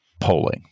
polling